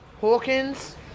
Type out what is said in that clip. Hawkins